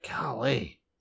Golly